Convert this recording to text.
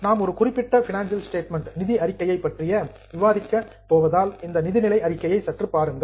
நாம் ஒரு குறிப்பிட்ட பினஞ்சியல் ஸ்டேட்மெண்ட் நிதி அறிக்கையை பற்றி விவாதிக்கப் போவதால் இந்த நிதிநிலை அறிக்கையை சற்று பாருங்கள்